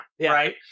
right